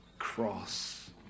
cross